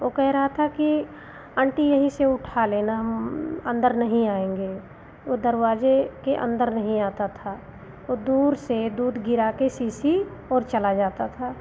वह कह रहा था कि आंटी यहीं से उठा लेना हम अंदर नहीं आयेंगे वह दरवाजे के अंदर नहीं आता था वह दूर से दूध गिरा कर सीसी वह चला जाता था